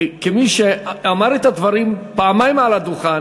כמי שאמר את הדברים פעמיים מעל הדוכן,